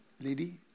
lady